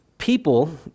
people